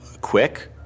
quick